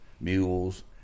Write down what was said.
mules